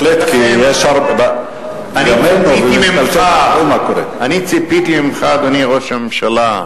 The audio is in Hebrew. אני ציפיתי ממך, אדוני ראש הממשלה,